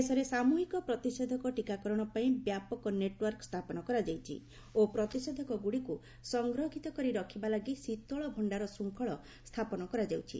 ଦେଶରେ ସାମୁହିକ ପ୍ରତିଷେଧକ ଟିକାକରଣ ପାଇଁ ବ୍ୟାପକ ନେଟ୍ୱର୍କ ସ୍ଥାପନ କରାଯାଇଛି ଓ ପ୍ରତିଷେଧକଗ୍ରଡ଼ିକ୍ ସଂରକ୍ଷିତ କରି ରଖିବା ଲାଗି ଶୀତଳ ଭଶ୍ଡାର ଶୃଙ୍ଖଳ ସ୍ଥାପନ କରାଯାଉଛି